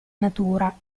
natura